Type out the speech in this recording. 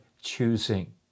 choosing